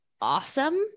awesome